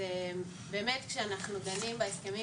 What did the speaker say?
באמת כשאנחנו דנים בהסכמים,